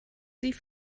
sie